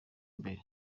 mbere